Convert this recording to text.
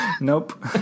nope